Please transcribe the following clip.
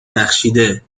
بخشیده